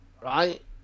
right